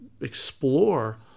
explore